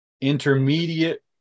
Intermediate